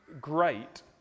great